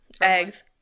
Eggs